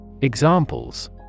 Examples